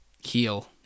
heal